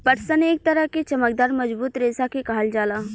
पटसन एक तरह के चमकदार मजबूत रेशा के कहल जाला